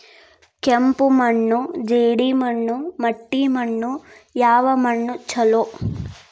ಕೆಂಪು ಮಣ್ಣು, ಜೇಡಿ ಮಣ್ಣು, ಮಟ್ಟಿ ಮಣ್ಣ ಯಾವ ಮಣ್ಣ ಛಲೋ?